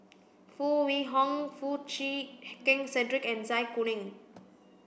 Foo Wee Horng Foo Chee Keng Cedric and Zai Kuning